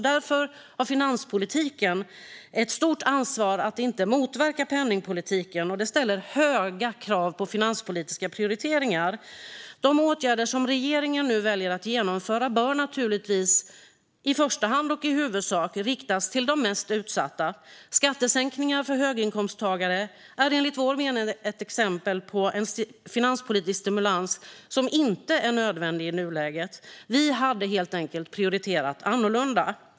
Därför har finanspolitiken ett stort ansvar att inte motverka penningpolitiken. Det ställer höga krav på finanspolitiska prioriteringar. De åtgärder regeringen nu väljer att genomföra bör naturligtvis i första hand och i huvudsak riktas till de mest utsatta. Skattesänkningar för höginkomsttagare är enligt vår mening ett exempel på en finanspolitisk stimulans som inte är nödvändig i nuläget. Vi hade helt enkelt prioriterat annorlunda.